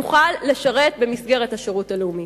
יוכל לשרת במסגרת השירות הלאומי.